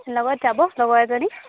লগত যাব লগৰ এজনী